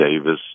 Davis